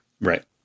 Right